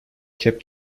kept